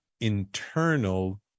Internal